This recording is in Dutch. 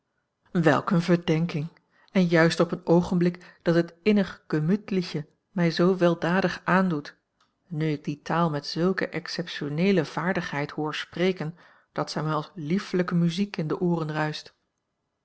eene verdenking en juist op een oogenblik dat het innig gemüthliche mij zoo weldadig aandoet nu ik die taal met zulke exceptioneele vaardigheid hoor spreken dat zij mij als liefelijke muziek in de ooren